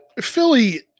philly